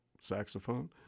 saxophone